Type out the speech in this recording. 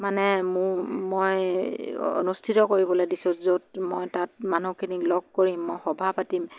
মানে মো মই অনুষ্ঠিত কৰিবলৈ দিছোঁ য'ত মই তাত মানুহখিনি লগ কৰিম মই সভা পাতিম